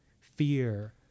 fear